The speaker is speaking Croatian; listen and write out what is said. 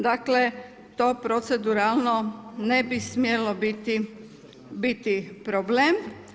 Dakle to proceduralno ne bi smjelo biti problem.